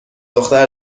دختر